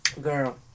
Girl